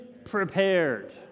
prepared